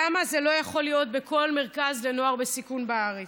למה זה לא יכול להיות בכל מרכז לנוער בסיכון בארץ?